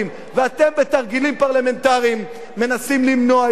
ואתם בתרגילים פרלמנטריים מנסים למנוע את זה,